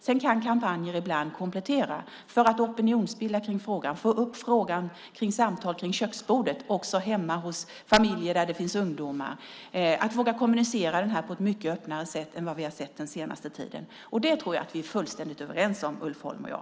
Sedan kan kampanjer ibland komplettera för att opinionsbilda kring en fråga och få upp den till samtal också kring köksbordet hemma hos familjer där det finns ungdomar så att man vågar kommunicera detta på ett mycket öppnare sätt än vad vi har sett den senaste tiden. Det tror jag att vi är fullständigt överens om, Ulf Holm och jag.